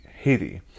Haiti